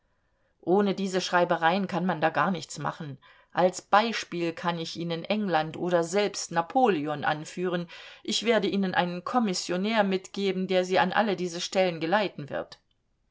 ohne diese schreibereien kann man da gar nichts machen als beispiel kann ich ihnen england oder selbst napoleon anführen ich werde ihnen einen kommissionär mitgeben der sie an alle diese stellen geleiten wird